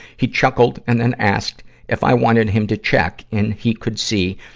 he chuckled and then asked if i wanted him to check and he could see,